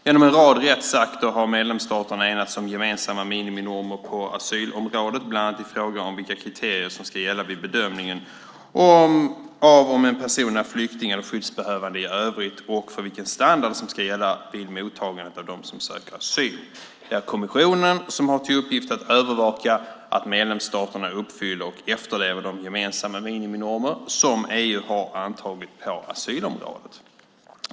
Genom en rad rättsakter har medlemsstaterna enats om gemensamma miniminormer på asylområdet, bland annat i fråga om vilka kriterier som ska gälla vid bedömningen av om en person är flykting eller skyddsbehövande i övrigt och för vilken standard som ska gälla vid mottagandet av dem som söker asyl. Det är kommissionen som har till uppgift att övervaka att medlemsstaterna uppfyller och efterlever de gemensamma miniminormer som EU har antagit på asylområdet.